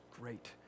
great